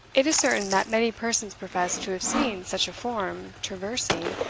it is certain that many persons profess to have seen such a form traversing,